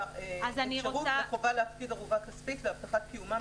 " האפשרות להפקיד ערובה כספית להבטחת קיומם